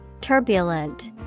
Turbulent